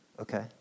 Okay